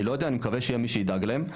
אני לא יודע אני מקווה שיהיה מי שידאג להם.